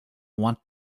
want